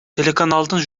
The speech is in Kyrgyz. телеканалдын